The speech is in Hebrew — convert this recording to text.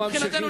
מבחינתנו,